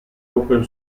open